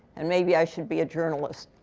and maybe i should be a journalist.